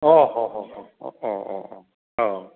अ ह' ह' ह' अ अ अ औ